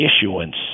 issuance